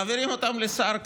מעבירים אותן לשר קרעי,